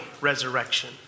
resurrection